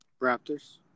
Raptors